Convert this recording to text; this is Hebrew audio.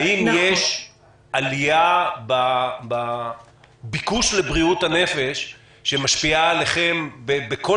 האם יש עלייה בביקוש לבריאות הנפש שמשפיעה עליכם בכל